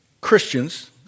Christians